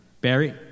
Barry